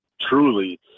truly